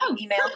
email